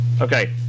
Okay